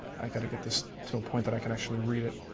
i gotta get this to a point that i can actually read it.